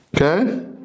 Okay